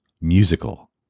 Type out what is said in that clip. musical